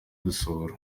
gusohora